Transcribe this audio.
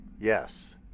Yes